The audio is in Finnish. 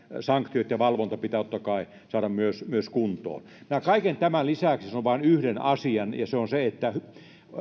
sanktiot ja valvonta pitää totta kai saada myös myös kuntoon kaiken tämän lisäksi sanon vain yhden asian ja se on se että